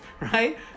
right